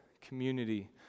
community